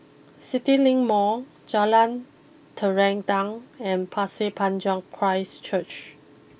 CityLink Mall Jalan Terentang and Pasir Panjang Christ Church